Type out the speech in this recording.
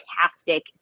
fantastic